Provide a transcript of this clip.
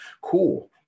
Cool